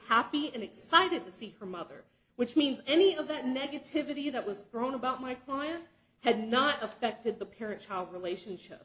happy and excited to see her mother which means any of that negativity that was brought about my client had not affected the parent child relationship